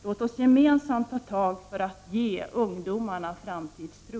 Låt oss gemensamt ta tag för att ge ungdomarna framtidstro!